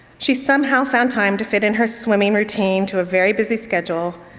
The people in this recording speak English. she somehow found time to fit in her swimming routine to a very busy schedule.